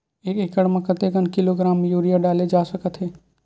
एक एकड़ म कतेक किलोग्राम यूरिया डाले जा सकत हे?